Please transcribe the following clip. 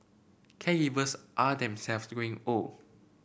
caregivers are themselves growing old